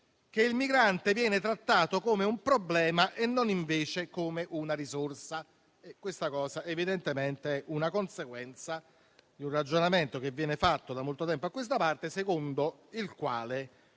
che il migrante viene trattato come un problema e non come una risorsa. Ciò è evidentemente conseguenza di un ragionamento che viene fatto da molto tempo a questa parte, secondo il quale